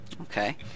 Okay